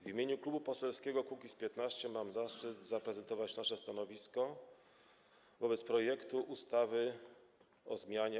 W imieniu Klubu Poselskiego Kukiz’15 mam zaszczyt zaprezentować nasze stanowisko wobec projektu ustawy o zmianie